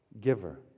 giver